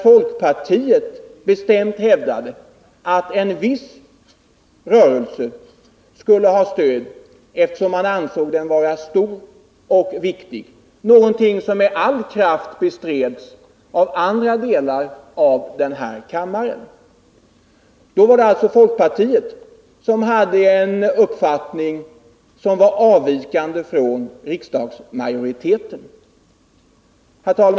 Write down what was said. Folkpartiet hävdade då bestämt att en viss rörelse skulle få stöd, eftersom man ansåg den vara stor och viktig, någonting som med all kraft bestreds av andra delar av den här kammaren. Då var det alltså folkpartiet som hade en uppfattning som var avvikande från riksdagsmajoritetens. Herr talman!